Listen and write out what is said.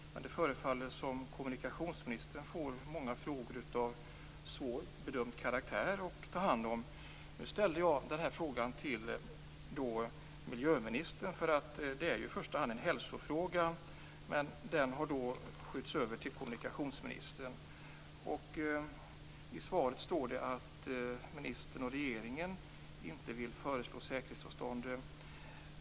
Men det förefaller som om kommunikationsministern får ta hand om många frågor av svårbedömd karaktär. Jag ställde den här interpellationen till miljöministern, eftersom det i första hand är en hälsofråga, men den har sedan skjutits över till kommunikationsministern. I svaret står att ministern och regeringen inte vill föreslå ett säkerhetsavstånd.